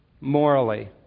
morally